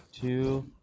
two